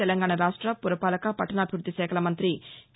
తెలంగాణా రాష్ట్ర పురపాలక పట్టణాభివృద్ధి శాఖల మంతి కే